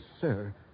sir